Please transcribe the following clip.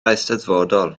eisteddfodol